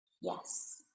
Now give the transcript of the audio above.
Yes